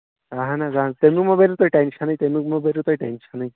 اَہن حظ اَہن حظ تَمیُک مَہ بٔرِو تُہۍ ٹٮ۪نشَنٕے تَمیُک مَہ بٔرِو تُہۍ ٹٮ۪نشَنٕے